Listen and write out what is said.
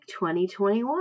2021